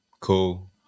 Cool